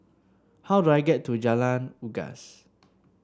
how do I get to Jalan Unggas